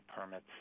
permits